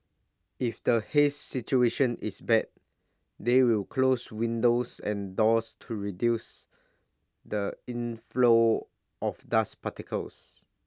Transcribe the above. if the haze situation is bad they will close windows and doors to reduce the inflow of dust particles